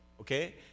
okay